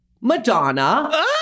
Madonna